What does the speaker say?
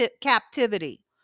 captivity